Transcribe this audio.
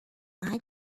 eye